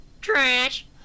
Trash